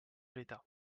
l’état